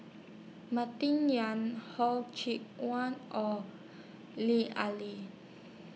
Martin Yan Hor Chim Won Or Lut Ali